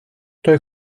той